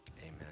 Amen